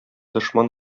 дошман